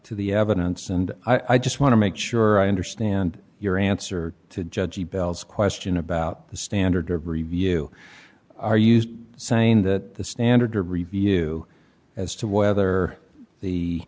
to the evidence and i just want to make sure i understand your answer to judge the bell's question about the standard of review are used saying that the standard to review as to whether the